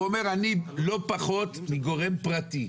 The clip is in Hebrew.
הוא אומר, אני לא פחות מגורם פרטי.